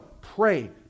Pray